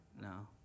No